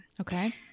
Okay